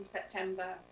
September